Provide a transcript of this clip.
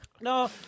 No